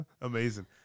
amazing